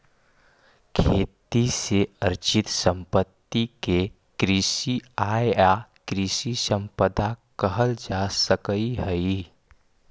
खेती से अर्जित सम्पत्ति के कृषि आय या कृषि सम्पदा कहल जा सकऽ हई